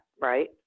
right